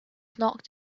knocked